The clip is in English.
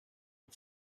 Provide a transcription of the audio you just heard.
her